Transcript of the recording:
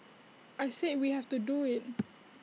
I said we have to do IT